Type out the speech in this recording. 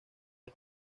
vez